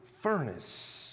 furnace